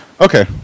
Okay